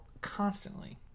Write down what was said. constantly